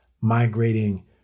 migrating